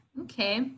Okay